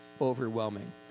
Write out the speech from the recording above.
overwhelming